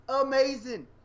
amazing